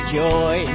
joy